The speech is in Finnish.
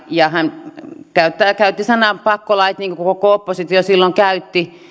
ja hän käytti sanaa pakkolait niin kuin koko oppositio silloin käytti